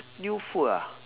new food ah